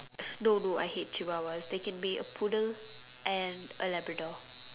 no no I hate chihuahuas they can be a poodle and a labrador